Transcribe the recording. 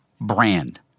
brand